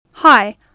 Hi